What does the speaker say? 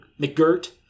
McGirt